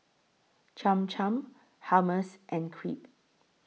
Cham Cham Hummus and Crepe